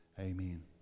Amen